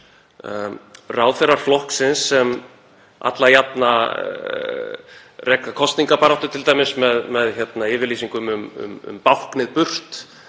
ráðherrar flokksins sem alla jafna rekur kosningabaráttu t.d. með yfirlýsingum um báknið burt